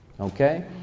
Okay